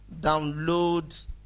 Download